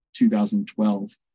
2012